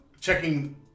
checking